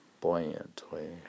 buoyantly